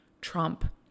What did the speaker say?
trump